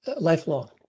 lifelong